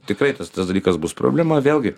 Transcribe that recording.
tikrai tas tas dalykas bus problema vėlgi